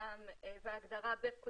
היו לנו